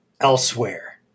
elsewhere